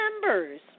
members